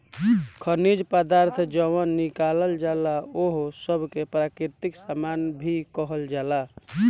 खनिज पदार्थ जवन निकालल जाला ओह सब के प्राकृतिक सामान भी कहल जाला